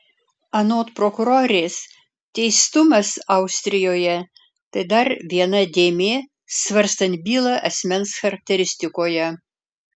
anot prokurorės teistumas austrijoje tai dar viena dėmė svarstant bylą asmens charakteristikoje